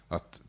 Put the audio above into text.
Att